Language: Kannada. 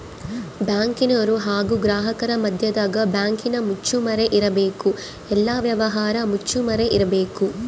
ಬ್ಯಾಂಕಿನರು ಹಾಗು ಗ್ರಾಹಕರ ಮದ್ಯದಗ ಬ್ಯಾಂಕಿನ ಮುಚ್ಚುಮರೆ ಇರಬೇಕು, ಎಲ್ಲ ವ್ಯವಹಾರ ಮುಚ್ಚುಮರೆ ಇರಬೇಕು